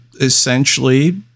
essentially